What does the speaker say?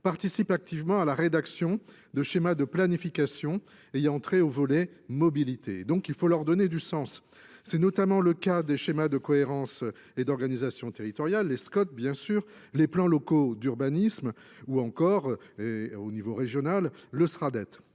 participe activement à la rédaction de schémas de planification ayant trait au volet mobilité, il faut leur donner du sens. C'est notamment le cas des schémas de cohérence et d'organisation territoriale. Les scots bien sûr les plans locaux d'urbanisme ou encore au niveau régional le